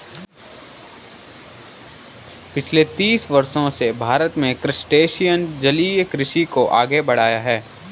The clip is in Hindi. पिछले तीस वर्षों से भारत में क्रस्टेशियन जलीय कृषि को आगे बढ़ाया है